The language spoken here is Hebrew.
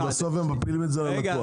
בסוף הם מפילים את זה על הלקוח.